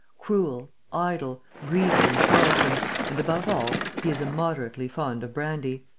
cruel, idle, greedy and quarrelsome and, above all, he is immoderately fond of brandy.